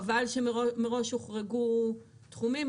חבל שמראש הוחרגו תחומים,